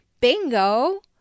Bingo